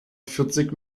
vierzig